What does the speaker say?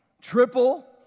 triple